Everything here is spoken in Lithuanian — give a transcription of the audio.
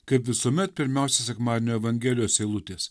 kaip visuomet pirmiausia sekmadienio evangelijos eilutės